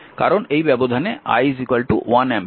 কারণ এই ব্যবধানে i 1 অ্যাম্পিয়ার